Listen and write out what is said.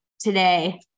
today